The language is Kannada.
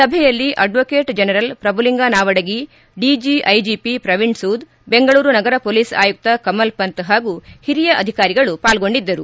ಸಭೆಯಲ್ಲಿ advocate general Prabhulinga Navadgi DG IGP Praveen Sood Bengaluru ನಗರ ಪೊಲೀಸ್ ಆಯುಕ್ತ ಕಮಲ್ ಪಂತ್ ಹಾಗೂ ಹಿರಿಯ ಅಧಿಕಾರಿಗಳು ಪಾಲ್ಗೊಂಡಿದ್ದರು